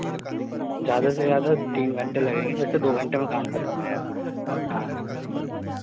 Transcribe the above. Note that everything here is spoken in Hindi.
ज़्यादा से ज़्यादा तीन घंटे लगेंगे वैसे दो घंटे में काम खतम हो जाएगा हाँ